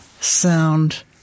sound